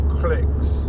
clicks